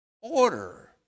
order